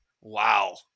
wow